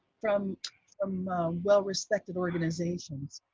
from um well-respected organizations.